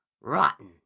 rotten